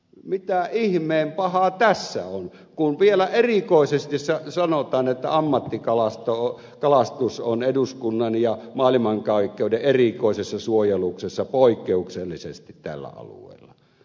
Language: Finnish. mitä ihmeen pahaa tässä on kun vielä erikoisesti sanotaan että ammattikalastus on eduskunnan ja maailmankaikkeuden erikoisessa suojeluksessa poikkeuksellisesti tällä alueella